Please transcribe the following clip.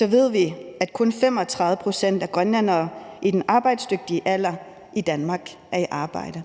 ved vi, at kun 35 pct. af grønlændere i den arbejdsdygtige alder i Danmark er i arbejde.